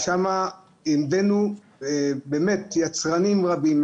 שם הבאנו יצרנים רבים,